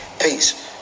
Peace